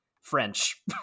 French